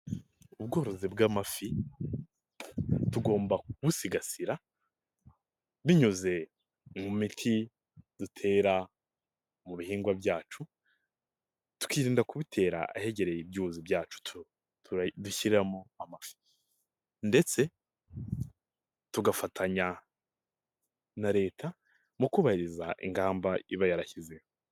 Ubworozi bw'amafi, tugomba kumusigasira, binyuze mu miti dutera mu bihingwa byacu, tukirinda kubitera ahegereye ibyuzi byacu dushyiramo amafi ndetse tugafatanya na leta mu kubahiriza ingamba iba yarashyizeho.